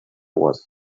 was